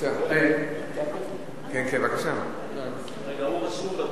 רגע, הוא רשום בדוברים?